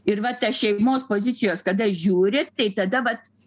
ir vat ta šeimos pozicijos kada žiūri tai tada vat